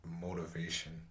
motivation